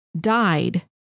died